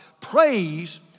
Praise